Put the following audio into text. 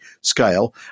scale